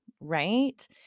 right